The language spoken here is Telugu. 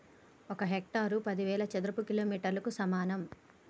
ఒక హెక్టారు పదివేల చదరపు మీటర్లకు సమానం